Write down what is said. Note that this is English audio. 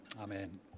Amen